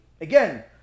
again